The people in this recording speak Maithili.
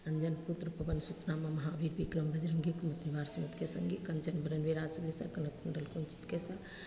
अंजनि पुत्र पवन सुत नामा महाबीर बिक्रम बजरंगी कुमति निवार सुमति के संगी कंचन बरन बिराज सुबेसा कानन कुण्डल कुंचित केसा